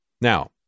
Now